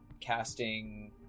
casting